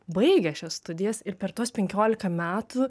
baigia šias studijas ir per tuos penkiolika metų